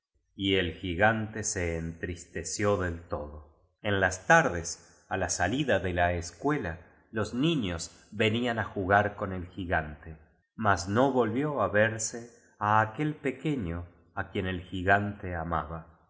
y el gigante se entristeció del todo en las tardes á la salida de la escuela los niños venían á jugar con el gigante mas no volvió á verse á aquel pequeño á quien el gigante amaba